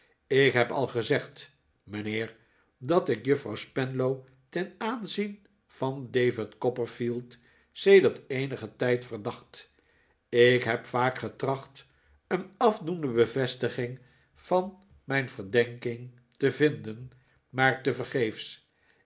ik heb al gezegd mijnheer dat ik juffrouw spenlow ten aanzien van david copperfield sedert eenigen tijd verdacht ik heb vaak getracht een afdoende bevestiging van mijn verdenking te vinden maar tevergeefs